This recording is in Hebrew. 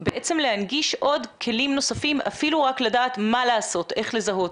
להנגיש עוד כלים נוספים אפילו רק לדעת מה לעשות ואיך לזהות.